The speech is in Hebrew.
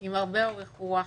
עם הרבה אורך רוח,